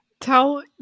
Tell